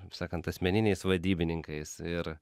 kaip sakant asmeniniais vadybininkais ir